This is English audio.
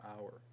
hour